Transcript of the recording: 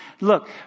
Look